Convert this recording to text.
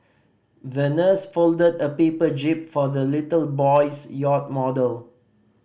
the nurse folded a paper jib for the little boy's yacht model